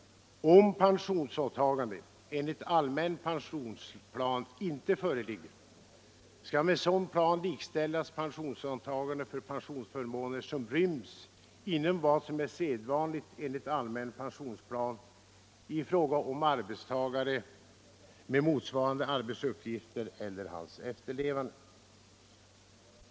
Om pensionsåtagande enligt allmän pensionsplan inte föreligger, skall med sådan plan likställas pensionsåtagande för pensionsförmåner som ryms inom vad som är sedvanligt enligt allmän pensionsplan i fråga om arbetstagare med motsvarande arbetsuppgifter eller hans efterlevande.